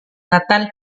natal